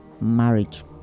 marriage